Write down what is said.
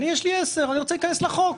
אני יש לי 10 אני רוצה להיכנס לחוק,